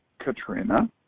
Katrina